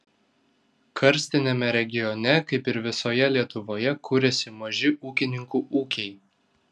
karstiniame regione kaip ir visoje lietuvoje kuriasi maži ūkininkų ūkiai